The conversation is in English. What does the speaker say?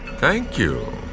thank you.